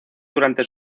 durante